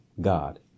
God